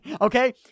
Okay